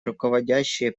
руководящие